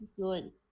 good